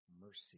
mercy